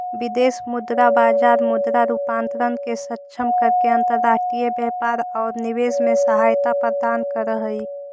विदेश मुद्रा बाजार मुद्रा रूपांतरण के सक्षम करके अंतर्राष्ट्रीय व्यापार औउर निवेश में सहायता प्रदान करऽ हई